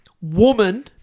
Woman